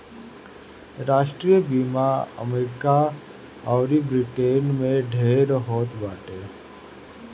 राष्ट्रीय बीमा अमरीका अउर ब्रिटेन में ढेर होत बाटे